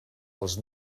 els